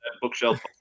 Bookshelf